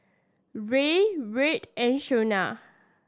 Ray Wright and Shaunna